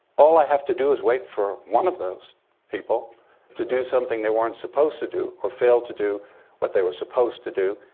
all i have to do is wait for one of those people to do something they weren't supposed to do or failed to do what they were supposed to do.